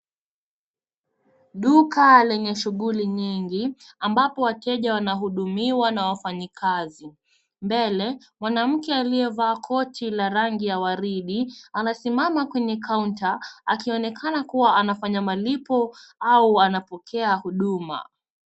Duka lenye shughuli nyingi, ambapo wateja wanahudumiwa na wafanyikazi. Mbele mwanamke aliyevaa koti la rangi ya waridi ,anasimama kwenye kaunta akionekana kuwa anafanya malipo au anapokea huduma.